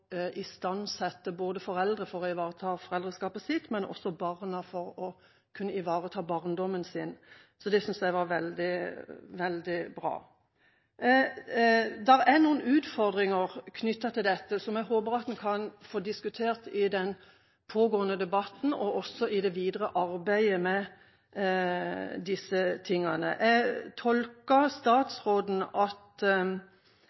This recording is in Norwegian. istandsette både foreldre til å ivareta foreldreskapet sitt og barna til å ivareta barndommen sin. Det syntes jeg var veldig bra. Det er noen utfordringer knyttet til dette som jeg håper man kan få diskutert i den pågående debatten og også i det videre arbeidet med disse tingene. Jeg